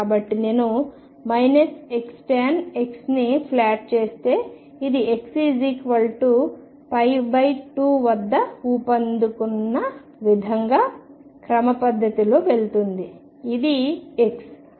కాబట్టి నేను Xtan X ని ప్లాట్ చేస్తే ఇది X2 వద్ద ఊపందుకున్న విధంగా క్రమపద్ధతిలో వెళుతోంది ఇది X